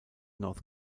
north